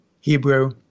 Hebrew